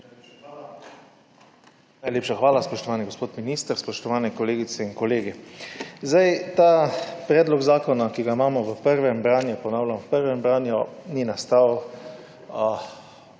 Najlepša hvala. Spoštovani gospod minister, spoštovane kolegice in kolegi! Predlog zakona, ki ga imamo v prvem branju, ponavljam, v prvem branju, ni nastal